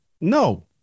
No